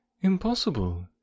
Impossible